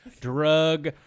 Drug